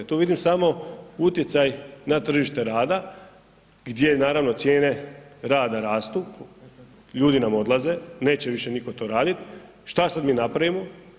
Tu vidim samo utjecaj na tržište rada gdje naravno cijene rada rastu, ljudi nam odlaze, neće više nitko to radit, šta sad da mi napravimo?